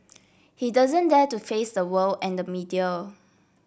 he doesn't dare to face the world and the media